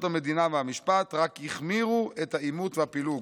המדינה והמשפט רק החמירו את העימות והפילוג.